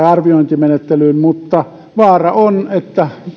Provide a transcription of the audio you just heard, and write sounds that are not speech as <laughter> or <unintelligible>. <unintelligible> arviointimenettelyyn mutta vaara on että